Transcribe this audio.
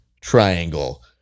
triangle